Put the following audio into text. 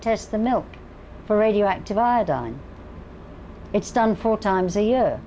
test the milk for radioactive iodine it's done four times a year